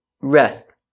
rest